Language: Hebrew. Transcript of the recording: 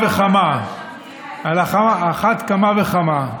על אחת כמה וכמה.